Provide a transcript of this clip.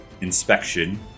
inspection